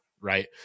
right